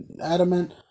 adamant